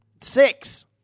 Six